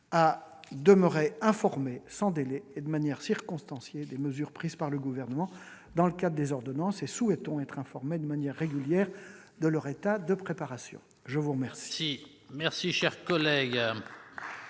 à demeurer informés sans délai et de manière circonstanciée des mesures prises par le Gouvernement dans le cadre des ordonnances, et souhaitons être informés de manière régulière de leur état de préparation. La discussion